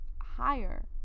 higher